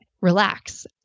relax